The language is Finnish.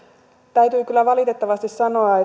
täytyy kyllä valitettavasti sanoa